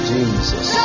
Jesus